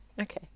okay